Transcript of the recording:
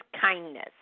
kindness